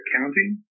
accounting